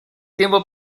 tiempo